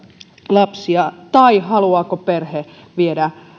lapsia tai haluaako perhe viedä